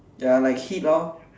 ya like heat lor